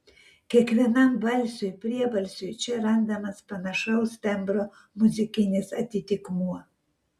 kiekvienam balsiui priebalsiui čia randamas panašaus tembro muzikinis atitikmuo